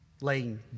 laying